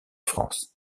france